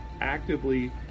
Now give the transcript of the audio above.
actively